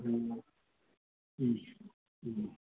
ہوں ہوں ہوں